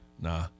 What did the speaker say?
Nah